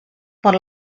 por